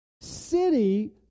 city